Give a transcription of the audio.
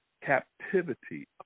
captivity